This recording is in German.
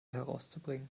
herauszubringen